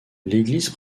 l’église